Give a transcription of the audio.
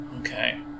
Okay